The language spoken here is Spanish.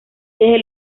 desde